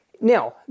Now